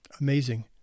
Amazing